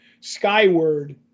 Skyward